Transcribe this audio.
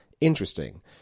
interesting